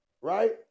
right